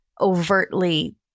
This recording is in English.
overtly